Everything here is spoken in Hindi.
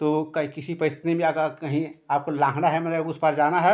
तो कई किसी परिस्थिति में अगर कहीं आपको लांघना है मतलब उस पार जाना है